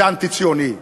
זה אנטי-ציוני.